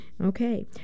Okay